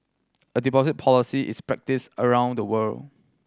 a deposit policy is practised around the world